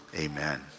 amen